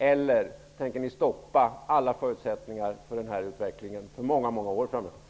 Eller tänker ni stoppa alla förutsättningar för den här utvecklingen för många år framöver?